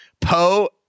Poe